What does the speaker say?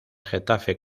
getafe